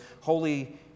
holy